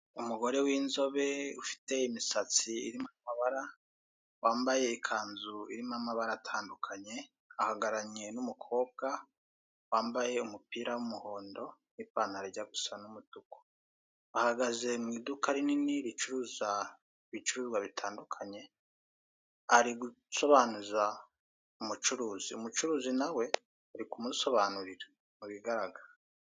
Umugore winzobe ufite imisatsi iri mubabra wambaye ikanzu irimo amabara atandukanye, ahagarariwe n'umukobwa wambaye umupira w'umuhondo n'ipantaro ijya gusa n'umutuku, ahagaze mu iduka rinini ricuruza, ibicuruzwa bitandukanye, ari gusobanuriza umucuruzi, umucuruzi nawe ari kumusobanurira mu bigaragara.